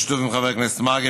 בשיתוף עם חבר הכנסת מרגי,